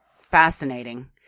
fascinating